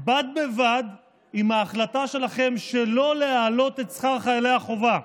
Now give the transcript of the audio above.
בד בבד עם ההחלטה שלכם שלא להעלות את שכר חיילי החובה,